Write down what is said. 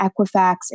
equifax